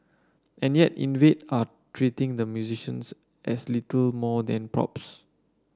and yet Invade are treating the musicians as little more than props